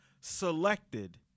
selected